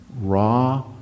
Raw